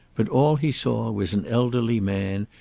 but all he saw was an elderly man,